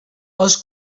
els